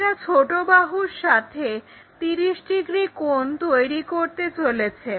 এটা ছোট বাহুর সাথে 30 ডিগ্রি কোণ তৈরি করতে চলেছে